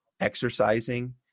exercising